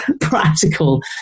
practical